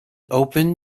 open